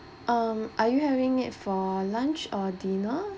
um are you having it for lunch or dinner